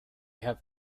have